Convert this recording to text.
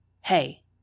Hey